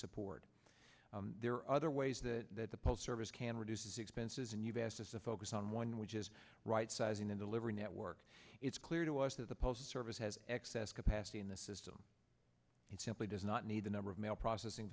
support there are other ways that the post service can reduce expenses and you've asked us to focus on one which is right sizing in the livery network it's clear to us that the postal service has excess capacity in the system it simply does not need the number of mail processing